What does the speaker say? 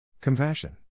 Compassion